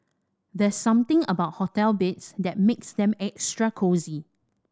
there's something about hotel beds that makes them extra cosy